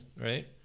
right